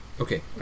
Okay